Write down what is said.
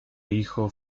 hijo